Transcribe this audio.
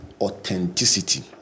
authenticity